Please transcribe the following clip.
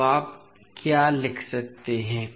तो आप क्या लिख सकते हैं